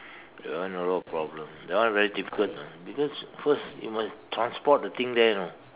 that one a lot of problem that one very difficult lah because first you must transport the things there you know